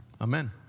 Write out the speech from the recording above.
Amen